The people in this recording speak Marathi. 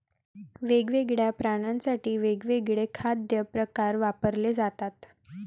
वेगवेगळ्या प्राण्यांसाठी वेगवेगळे खाद्य प्रकार वापरले जातात